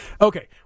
Okay